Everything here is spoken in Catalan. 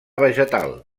vegetal